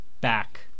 back